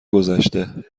گذشته